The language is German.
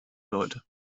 leute